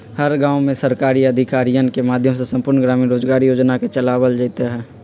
हर गांव में सरकारी अधिकारियन के माध्यम से संपूर्ण ग्रामीण रोजगार योजना के चलावल जयते हई